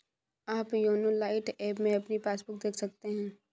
आप YONO lite app में अपनी पासबुक देख सकते हैं